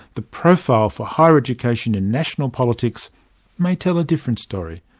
the profile for higher education in national politics may tell a different story.